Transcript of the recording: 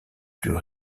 plus